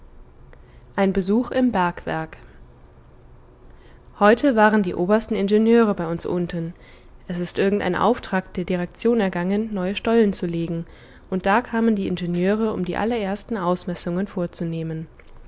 ein besuch im bergwerk heute waren die obersten ingenieure bei uns unten es ist irgendein auftrag der direktion ergangen neue stollen zu legen und da kamen die ingenieure um die allerersten ausmessungen vorzunehmen